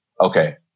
okay